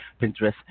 Pinterest